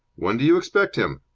when do you expect him?